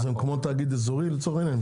אז הם כמו תאגיד אזורי, לצורך העניין?